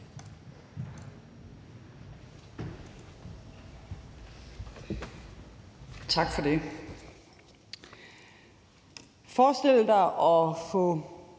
Tak for det.